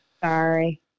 sorry